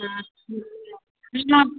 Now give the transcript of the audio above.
हाँ